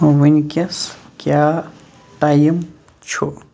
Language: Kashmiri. وُنکٮ۪س کیٛاہ ٹایم چھُ